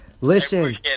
Listen